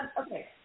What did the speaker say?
okay